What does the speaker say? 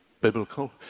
biblical